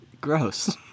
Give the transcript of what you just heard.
Gross